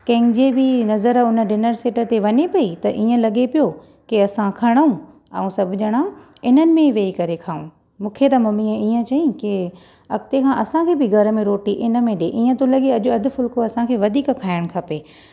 कंहिंजी बि नज़र हुन डिनर सेट ते वञे पई त ईअं लॻे पियो की असां खणूं ऐं सभु ॼणा इन में वेही करे खाऊं मूंखे त मम्मीअ ईअं चयईं अॻिते खां असांखे बि घर में रोटी इन में ॾिए ईअं थो लॻे अॼु अधु फुलिको असांखे वधीक खाइण खपे